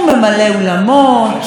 הוא זוכה בפסטיבלים,